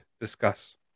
discuss